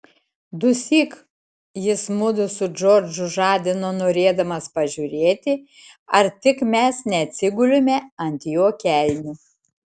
dusyk jis mudu su džordžu žadino norėdamas pažiūrėti ar tik mes neatsigulėme ant jo kelnių